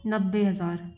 नब्बे हज़ार